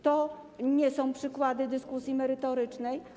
To nie są przykłady dyskusji merytorycznej?